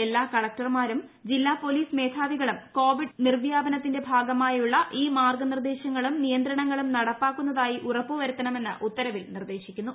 എല്ലാ കളക്ടർമാരും ജില്ലാ പൊലീസ് മേധാവികളും കോവിഡ് നിർവ്യാപനത്തിന്റെ ഭാഗമായുള്ള ഈ മാർഗനിർദേശങ്ങളും നിയന്ത്രണങ്ങളും നടപ്പാക്കുന്നതായി ഉറപ്പുവരുത്തണമെന്ന് ഉത്തരവിൽ നിർദേശിക്കുന്നു